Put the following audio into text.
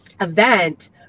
event